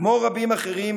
כמו רבים אחרים,